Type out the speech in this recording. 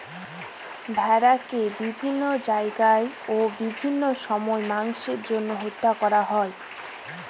ভেড়াকে বিভিন্ন জায়গায় ও বিভিন্ন সময় মাংসের জন্য হত্যা করা হয়